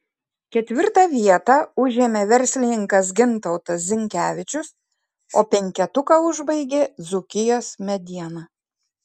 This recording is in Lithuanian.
ketvirtą vietą užėmė verslininkas gintautas zinkevičius o penketuką užbaigė dzūkijos mediena